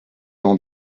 dans